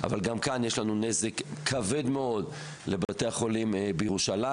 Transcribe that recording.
אבל גם כאן יש לנו נזק כבד מאוד לבתי החולים בירושלים,